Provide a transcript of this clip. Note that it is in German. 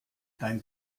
dein